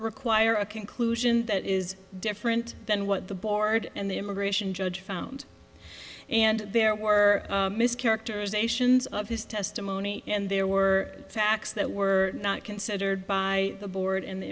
require a conclusion that is different than what the board and the immigration judge found and there were characterizations of his testimony and there were facts that were not considered by the board and the